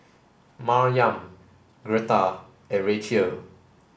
Maryam Greta and Rachael